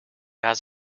has